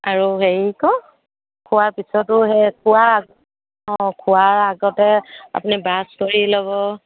আৰু হেৰি আকৌ খোৱাৰ পিছতো সেই খোৱাৰ অঁ খোৱাৰ আগতে আপুনি ব্ৰাছ কৰি ল'ব